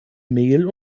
mehl